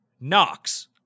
Knox